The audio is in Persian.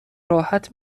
راحت